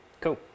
Cool